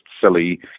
silly